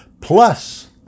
Plus